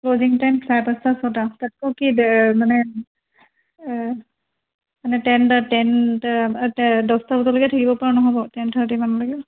reporting time চাৰে পাঁচটা ছটা কি মানে মানে টেন দহটা বজালৈকে থাকিব পৰা নহ'ব টেন থাৰ্টিমানলৈকে